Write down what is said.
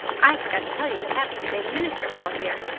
i forgot to tell you what happened the day the minister called here.